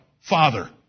Father